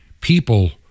People